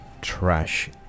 trash